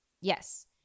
Yes